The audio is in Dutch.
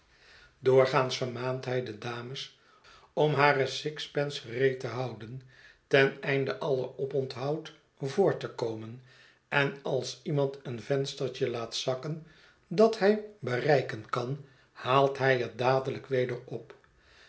doorgaans vermaant hij de dames om hare sixpence gereed te houden ten einde alle oponthoud voor te komen en als iemand een venstertje laat zakken dat hij bereiken kan haalt hij net dadelijk weder op